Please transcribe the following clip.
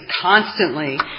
constantly